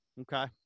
Okay